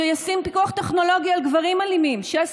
שישים פיקוח טכנולוגי על גברים אלימים שיש